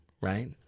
right